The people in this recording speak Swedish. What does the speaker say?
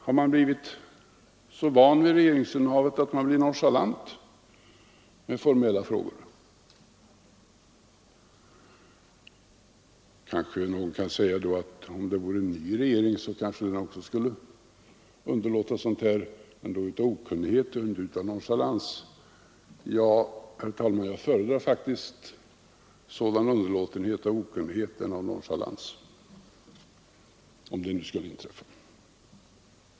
Har man blivit så van vid regeringsinnehavet, att man blivit nonchalant med formella frågor? Kanske någon kan säga att en ny regering måhända också skulle underlåta sådant, men då vore det av okunnighet och inte av nonchalans. Jag föredrar faktiskt, herr talman, sådan underlåtenhet av okunnighet framför underlåtenhet av nonchalans.